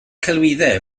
celwyddau